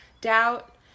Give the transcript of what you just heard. doubt